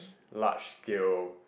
large scale